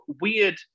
weird